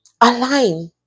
align